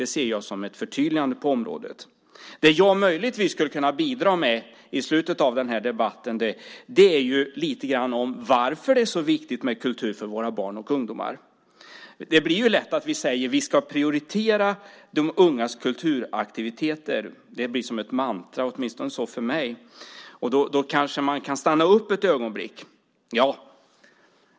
Det ser jag som ett förtydligande på området. Det som jag möjligtvis skulle kunna bidra med i slutet av den här debatten är lite grann om varför det är så viktigt med kultur för våra barn och ungdomar. Det blir lätt så att vi säger att vi ska prioritera de ungas kulturaktiviteter. Det blir som ett mantra, åtminstone för mig. Då kanske man kan stanna upp ett ögonblick.